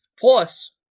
Plus